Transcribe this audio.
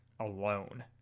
Alone